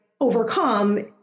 overcome